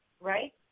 right